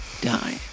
die